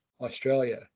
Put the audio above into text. Australia